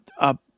up